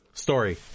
story